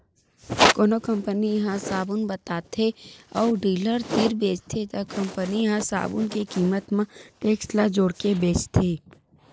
कोनो कंपनी ह साबून बताथे अउ डीलर तीर बेचथे त कंपनी ह साबून के कीमत म टेक्स ल जोड़के बेचथे